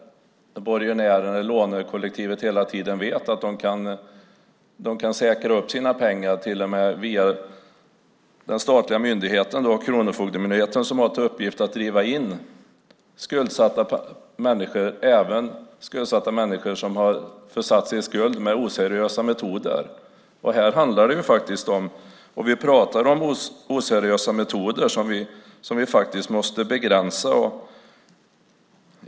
Borgenären eller lånekollektivet vet hela tiden att de kan säkra sina pengar via den statliga myndigheten Kronofogdemyndigheten har i uppgift att driva in pengar från skuldsatta människor, även människor som har satt sig i skuld med oseriösa metoder. Vi pratar om oseriösa metoder som vi faktiskt måste begränsa.